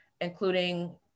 including